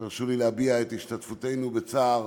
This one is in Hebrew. תרשו לי להביע את השתתפותנו בצער